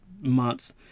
months